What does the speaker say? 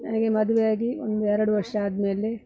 ನನಗೆ ಮದುವೆಯಾಗಿ ಒಂದು ಎರಡು ವರ್ಷ ಆದಮೇಲೆ